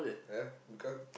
ah because